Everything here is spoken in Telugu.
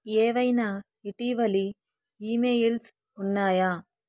ఏవైనా ఇటీవలి ఇమెయిల్స్ ఉన్నాయా